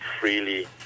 freely